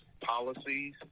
policies